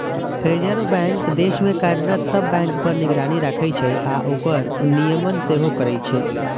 reserve Bank देश मे कार्यरत सब बैंक पर निगरानी राखै छै आ ओकर नियमन सेहो करै छै